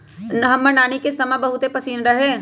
हमर नानी के समा बहुते पसिन्न रहै